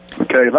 Okay